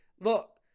Look